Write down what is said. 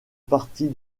partie